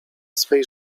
swej